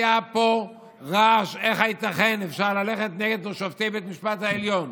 היה פה רעש: איך ייתכן שאפשר ללכת נגד שופטי בית המשפט העליון.